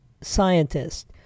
scientist